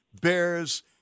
Bears